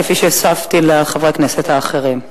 כפי שהוספתי לחברי הכנסת האחרים.